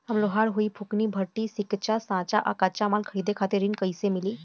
हम लोहार हईं फूंकनी भट्ठी सिंकचा सांचा आ कच्चा माल खरीदे खातिर ऋण कइसे मिली?